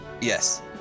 Yes